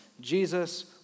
Jesus